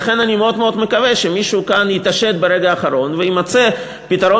לכן אני מאוד מקווה שמישהו כאן יתעשת ברגע האחרון ויימצא פתרון